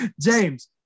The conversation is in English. James